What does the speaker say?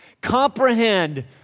comprehend